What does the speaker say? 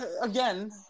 again